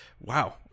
wow